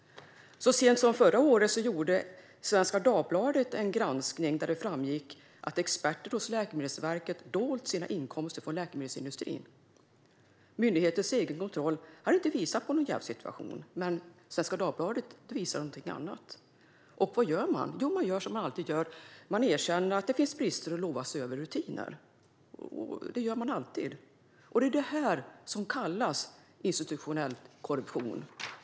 Så sent som förra året gjorde Svenska Dagbladet en granskning där det framgick att experter hos Läkemedelsverket dolt sina inkomster från läkemedelsindustrin. Myndighetens egen kontroll hade inte visat på någon jävssituation. Men Svenska Dagbladets granskning visar någonting annat. Vad gör man? Jo, man gör som man alltid gör och erkänner att det finns brister och lovar att se över rutiner. Det gör man alltid. Det är detta som kallas institutionell korruption.